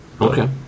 Okay